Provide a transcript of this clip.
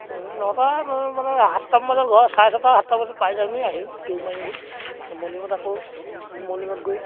নটা মানে সাতটামান বজাত ঘৰ চাৰে ছটা সাতটা বজাত পাই যাওঁহি আহি দৌৰ মাৰি আহি মৰ্ণিঙত আকৌ মৰ্ণিঙত গৈ